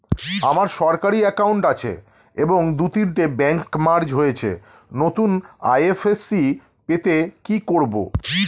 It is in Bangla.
আমার সরকারি একাউন্ট আছে এবং দু তিনটে ব্যাংক মার্জ হয়েছে, নতুন আই.এফ.এস.সি পেতে কি করব?